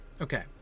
okay